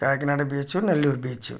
Kakinada beach Nellore beach